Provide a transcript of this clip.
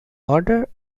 order